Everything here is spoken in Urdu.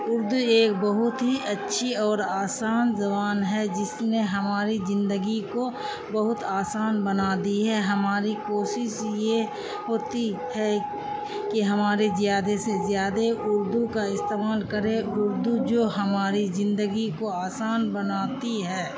اردو ایک بہت ہی اچھی اور آسان زبان ہے جس نے ہماری زندگی کو بہت آسان بنا دی ہے ہماری کوشش یہ ہوتی ہے کہ ہمارے زیادہ سے زیادہ اردو کا استعمال کرے اردو جو ہماری زندگی کو آسان بناتی ہے